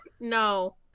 No